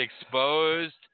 exposed